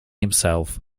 himself